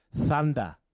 Thunder